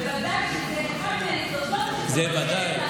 בוודאי שזה אחד מהיסודות של טובת הילד, זה ודאי.